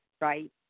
right